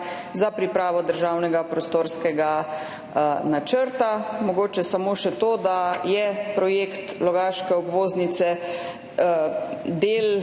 za pripravo državnega prostorskega načrta. Mogoče samo še to, da je projekt logaške obvoznice del tako